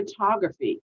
photography